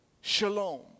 Shalom